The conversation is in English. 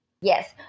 Yes